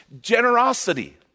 Generosity